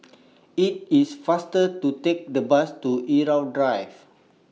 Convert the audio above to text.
IT IS faster to Take The Bus to Irau Drive